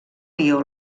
lió